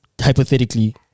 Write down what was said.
hypothetically